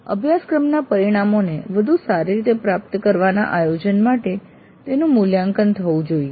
તેથી અભ્યાસક્રમના પરિણામોને વધુ સારી રીતે પ્રાપ્ત કરવાના આયોજન માટે તેનું મૂલ્યાંકન થવું જોઈએ